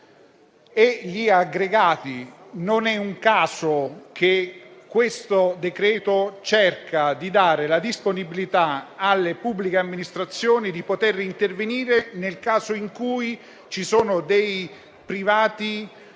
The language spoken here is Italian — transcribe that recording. e gli aggregati. Non è un caso che questo decreto cerchi di dare la disponibilità alle pubbliche amministrazioni per poter intervenire nel caso in cui ci siano dei privati